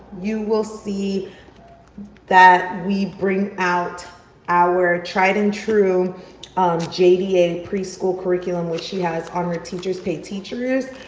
you will see that we bring out our tried and true um jba, and preschool curriculum, which she has on her teachers pay teacher's